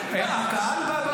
תהיה תקווה.